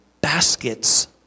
baskets